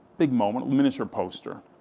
big moment, miniature poster.